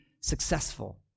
successful